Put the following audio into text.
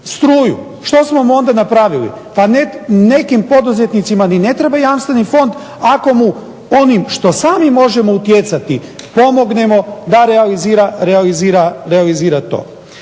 Što smo mu onda napravili? Pa nekim poduzetnicima ni ne treba jamstveni fond ako mu onim što sami možemo utjecati pomognemo da realizira to.